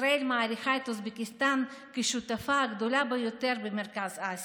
ישראל מעריכה את אוזבקיסטן כשותפה הגדולה ביותר במרכז אסיה.